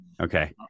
Okay